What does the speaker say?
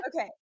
Okay